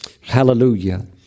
Hallelujah